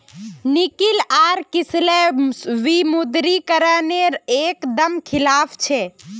निकिल आर किसलय विमुद्रीकरण नेर एक दम खिलाफ छे